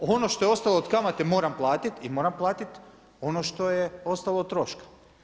Ono što je ostalo od kamate moram platiti i moram platiti ono što je ostalo od troška.